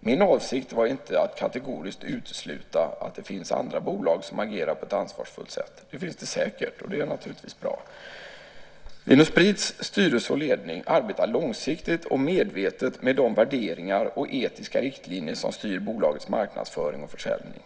Min avsikt var inte att kategoriskt utesluta att det finns andra bolag som agerar på ett ansvarsfullt sätt. Det finns det säkert, och det är naturligtvis bra. Vin & Sprits styrelse och ledning arbetar långsiktigt och medvetet med de värderingar och etiska riktlinjer som styr bolagets marknadsföring och försäljning.